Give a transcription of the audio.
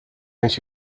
eens